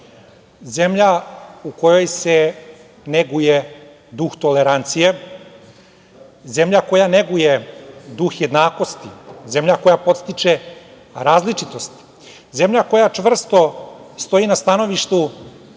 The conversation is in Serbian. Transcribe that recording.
zemlja u kojoj se neguje duh tolerancije, zemlja koja neguje duh jednakosti, zemlja koja podstiče na različitosti, zemlja koja čvrsto stoji na stanovištu